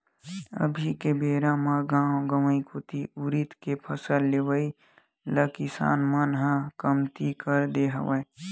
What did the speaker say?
अभी के बेरा म गाँव गंवई कोती उरिद के फसल लेवई ल किसान मन ह कमती कर दे हवय